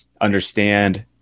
understand